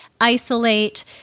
isolate